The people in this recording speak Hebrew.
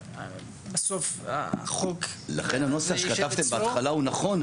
בסוף החוק --- לכן הנוסח שכתבתם בהתחלה הוא נכון,